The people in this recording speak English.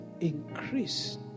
increase